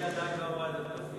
לי היא עדיין לא אמרה את זה בסיעה.